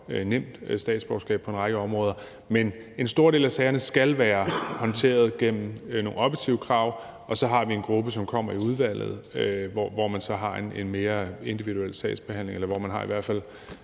givet statsborgerskab på en række områder. Men en stor del af sagerne skal være håndteret gennem nogle objektive krav, og så har vi en gruppe, som kommer i udvalget, hvor man så har en mere individuel sagsbehandling, eller hvor man i hvert fald